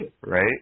Right